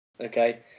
Okay